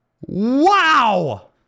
Wow